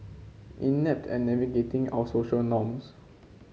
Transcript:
inept and navigating our social norms